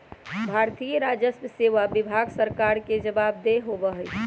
भारतीय राजस्व सेवा विभाग भारत सरकार के जवाबदेह होबा हई